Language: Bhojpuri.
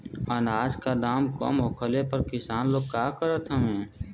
अनाज क दाम कम होखले पर किसान लोग का करत हवे?